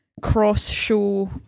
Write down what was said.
cross-show